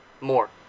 more